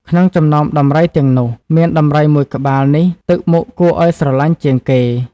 ក្នុងចំណោមដំរីទាំងនោះ មានដំរីមួយក្បាលនេះទឹកមុខគួរឱ្យស្រឡាញ់ជាងគេ ។